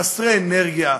חסרי אנרגיה,